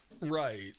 right